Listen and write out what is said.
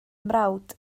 mrawd